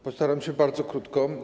Postaram się bardzo krótko.